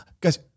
guys